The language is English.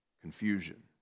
Confusion